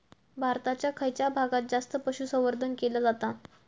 भारताच्या खयच्या भागात जास्त पशुसंवर्धन केला जाता?